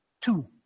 two